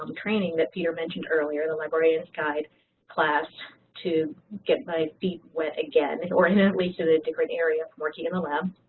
um training that peter mentioned earlier, the librarian guide class to get my feet wet again, and or and at least in a different area of working in the lab.